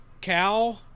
cow